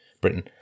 Britain